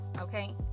Okay